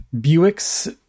Buick's